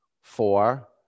four